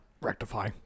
Rectify